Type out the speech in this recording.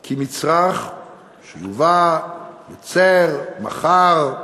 כי מצרך שייבא, ייצר, מכר,